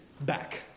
back